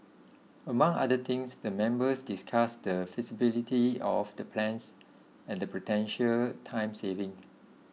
among other things the members discussed the feasibility of the plans and the potential time savings